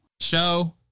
Show